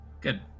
Good